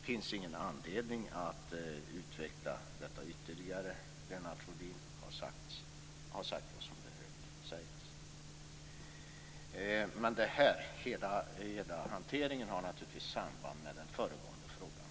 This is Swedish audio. Det finns ingen anledning att utveckla detta ytterligare. Lennart Rohdin har sagt det som behöver sägas. Hela hanteringen har naturligtvis ett samband med den föregående frågan,